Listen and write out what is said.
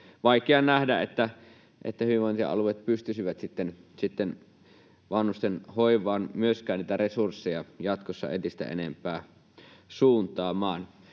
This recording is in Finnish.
vaikea nähdä, että hyvinvointialueet pystyisivät sitten vanhustenhoivaan myöskään niitä resursseja jatkossa entistä enempää suuntaamaan.